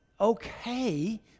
okay